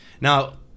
Now